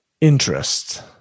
interest